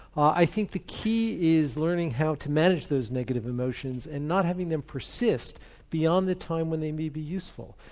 i think the key is learning how to manage those negative emotions and not have them persist beyond the time when they may be useful.